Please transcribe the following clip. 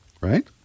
right